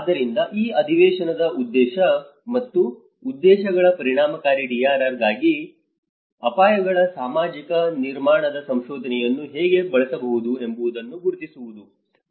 ಆದ್ದರಿಂದ ಈ ಅಧಿವೇಶನದ ಉದ್ದೇಶ ಮತ್ತು ಉದ್ದೇಶಗಳ ಪರಿಣಾಮಕಾರಿ DRR ಗಾಗಿ ಅಪಾಯಗಳ ಸಾಮಾಜಿಕ ನಿರ್ಮಾಣದ ಸಂಶೋಧನೆಯನ್ನು ಹೇಗೆ ಬಳಸಬಹುದು ಎಂಬುದನ್ನು ಗುರುತಿಸುವುದು